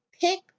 pick